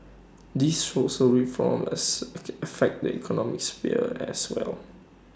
these social reforms affect the economic sphere as well